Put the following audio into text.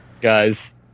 Guys